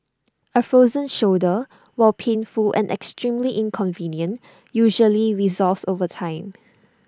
A frozen shoulder while painful and extremely inconvenient usually resolves over time